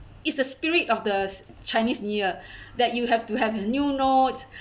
it's the spirit of the s chinese new year that you have to have new notes